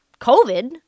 COVID